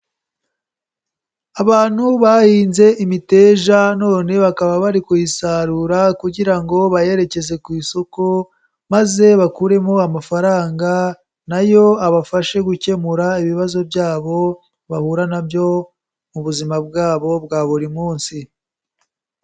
Abantu bahinze imiteja none bakaba bari kuyisarura kugira ngo bayerekeze ku isoko, maze bakuremo amafaranga nayo abafashe gukemura ibibazo byabo, bahura nabyo mu buzima bwabo bwa buri munsi.